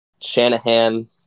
Shanahan